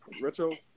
retro